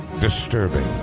disturbing